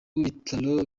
w’ibitaro